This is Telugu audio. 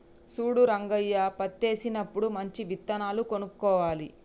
చూడు రంగయ్య పత్తేసినప్పుడు మంచి విత్తనాలు కొనుక్కోవాలి